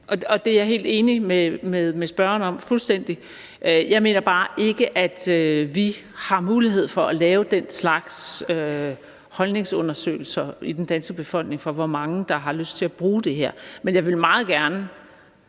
Ja, det er jeg helt enig med spørgeren i, fuldstændig. Jeg mener bare ikke, at vi har mulighed for at lave den slags holdningsundersøgelser i den danske befolkning af, hvor mange der har lyst til at bruge det her. Men jeg vil meget gerne